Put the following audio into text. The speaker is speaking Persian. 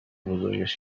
بزرگش